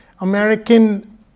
American